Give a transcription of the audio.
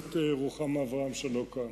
הכנסת רוחמה אברהם, שלא נמצאת כאן,